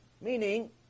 meaning